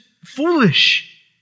foolish